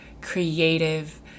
creative